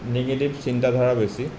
negative চিন্তাধাৰা বেছি